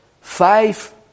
five